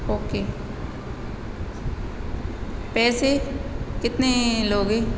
okay पैसे कितने लोगे